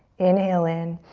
inhale in.